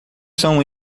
são